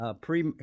pre